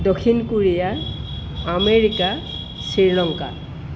Dakshin Korea America Sri Lanka